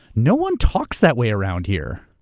no one talks that way around here.